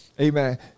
Amen